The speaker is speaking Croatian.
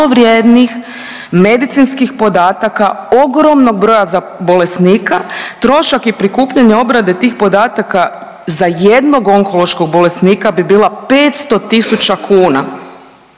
vrijednih medicinskih podataka ogromnog broja bolesnika. Trošak i prikupljanje obrade tih podataka za jednog onkološkog bolesnika bi bila 500 000 kuna.